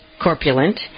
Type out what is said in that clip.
corpulent